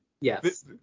Yes